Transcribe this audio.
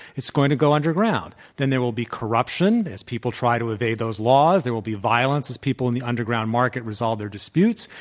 it's going to go underground. then there will be corruption, as people try to evade those laws, there will be violence as people in the underground market resolve their disputes.